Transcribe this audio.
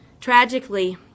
Tragically